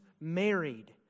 married